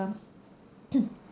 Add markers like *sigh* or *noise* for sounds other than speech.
*coughs*